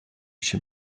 się